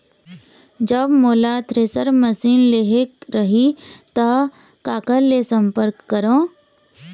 जब मोला thresher machine लेहेक रही ता काकर ले संपर्क करों?